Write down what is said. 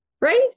right